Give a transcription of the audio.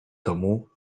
tomu